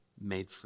made